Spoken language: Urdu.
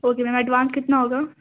اوکے میم ایڈوانس کتنا ہوگا